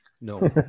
No